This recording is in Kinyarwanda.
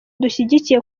dushyigikiye